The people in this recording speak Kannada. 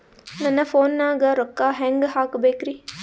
ನನ್ನ ಫೋನ್ ನಾಗ ರೊಕ್ಕ ಹೆಂಗ ಹಾಕ ಬೇಕ್ರಿ?